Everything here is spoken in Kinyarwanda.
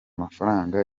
mafaranga